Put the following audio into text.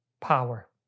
power